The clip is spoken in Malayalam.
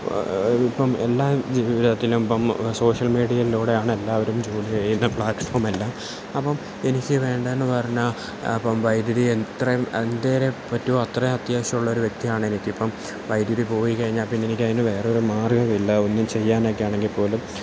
ഇപ്പം എല്ലാ ജീവിതത്തിലും ഇപ്പം സോഷ്യൽ മീഡിയലൂടെയാണെല്ലാവരും ജോലി ചെയ്യുന്ന പ്ലാറ്റ്ഫോമെല്ലാം അപ്പം എനിക്ക് വേണ്ടേന്ന് പറഞ്ഞാൽ അപ്പം വൈദ്യുതി എത്രയും ഐൻറ്റേറെ പറ്റോ അത്രയും അത്യാവശ്യമുള്ള ഒരു വ്യക്തി ആണെനിക്കിപ്പം വൈദ്യുതിപോയിക്കഴിഞ്ഞാൽ പിന്നെനിക്ക് അതിന് വേറൊരു മാർഗ്ഗമില്ല ഒന്നും ചെയ്യാനൊക്കെയാണെങ്കിപ്പോലും